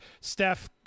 Steph